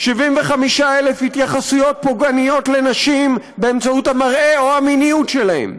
75,000 התייחסויות פוגעניות לנשים באמצעות המראה או המיניות שלהן,